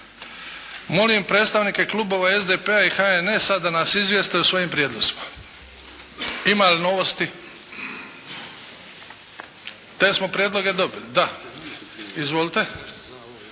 Molim predstavnike klubova SDP-a i HNS-a da nas izvijeste o svojim prijedlozima. Ima li novosti? Te smo prijedloge dobili. Izvolite. Gospodin